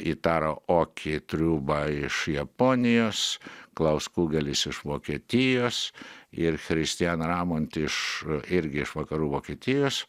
itaro oki triūba iš japonijos klaus kugelis iš vokietijos ir christian ramont iš irgi iš vakarų vokietijos